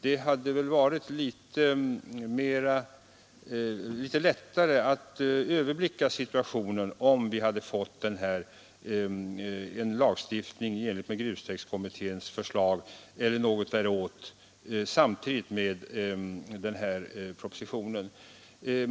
Det hade varit betydligt lättare att överblicka situationen om vi hade fått en lagstiftning i enlighet med grustäktskommitténs förslag — eller något liknande — samtidigt med den här propositionen.